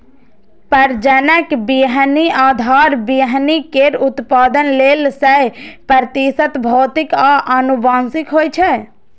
प्रजनक बीहनि आधार बीहनि केर उत्पादन लेल सय प्रतिशत भौतिक आ आनुवंशिक होइ छै